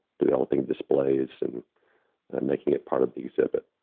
developing displays and making it part of the exhibit.